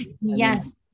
Yes